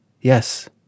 Yes